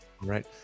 Right